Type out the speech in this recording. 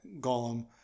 Gollum